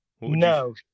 No